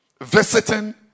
Visiting